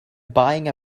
buying